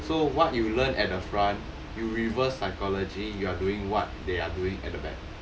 so what you learn at the front you reverse psychology you are doing what they are doing at the back